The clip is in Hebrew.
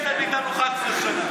לא משנה שהייתם איתנו 11 שנה,